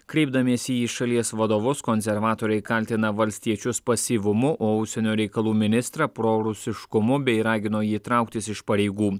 kreipdamiesi į šalies vadovus konservatoriai kaltina valstiečius pasyvumu o užsienio reikalų ministrą prorusiškumu bei ragino jį trauktis iš pareigų